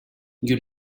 you